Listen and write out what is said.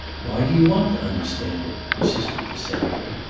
why do you want to understand it? persisted the senator.